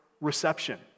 reception